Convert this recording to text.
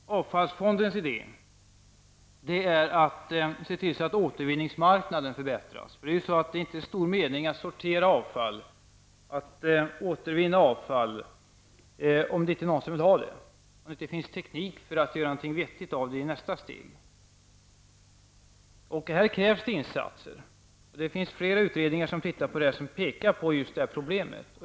Herr talman! Avfallsfondens idé är att se till att återvinningsmarknaden förbättras. Det är inte stor mening att sortera och återvinna avfall om ingen vill ha det och det inte finns teknik för att göra något vettigt av det i nästa steg. Här krävs det insatser. Flera utredningar pekar på just detta problem.